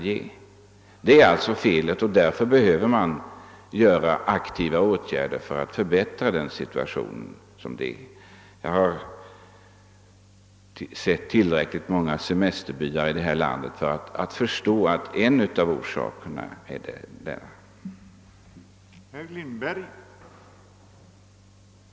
Felet är att man inte gjort detta, och aktiva åtgärder bör nu vidtagas för att förbättra situationen. Jag har sett tillräckligt många semesterbyar i detta land för att förstå att en av orsakerna till den dåliga beläggningen är otillräcklig service.